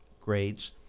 grades